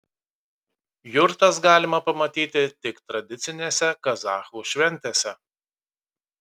jurtas galima pamatyti tik tradicinėse kazachų šventėse